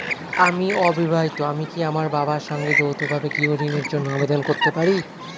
আমি অবিবাহিতা আমি কি আমার বাবার সঙ্গে যৌথভাবে গৃহ ঋণের জন্য আবেদন করতে পারি?